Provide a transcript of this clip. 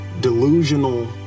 delusional